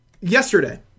yesterday